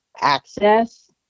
access